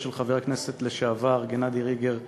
של חבר הכנסת לשעבר גנדי ריגר לעולמו,